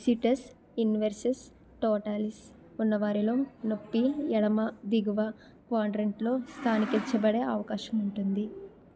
Cetus inversus totalis ఉన్నవారిలో నొప్పి ఎడమ దిగువ క్వాడ్రంట్లో స్థానీకరించబడే అవకాశం ఉంటుంది